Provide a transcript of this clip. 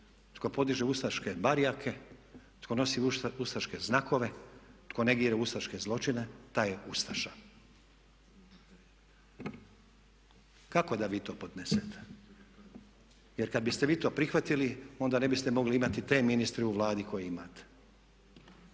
tko podiže ustaške barjake, tko nosi ustaške znakove, tko negira ustaške zločine taj je ustaša. Kako da vi to podnesete? Jer kada biste vi to prihvatili onda ne biste mogli imati te ministre u Vladi koje imate.